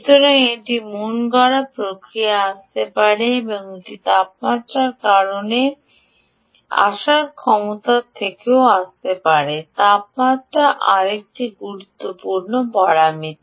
সুতরাং এটি মনগড়া প্রক্রিয়া থেকে আসতে পারে এবং এটি তাপমাত্রার কারণে এটি আসার ক্ষমতা থেকেও আসতে পারে তাপমাত্রা আরেকটি গুরুত্বপূর্ণ পরামিতি